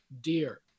dear